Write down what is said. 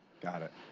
got it.